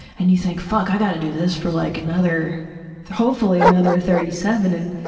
and you think, fuck, i gotta do this for like another hopefully another thirty-seven. and